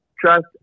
trust